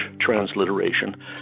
transliteration